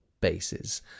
bases